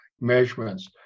measurements